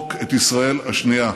למחוק את ישראל השנייה.